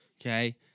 okay